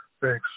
Thanks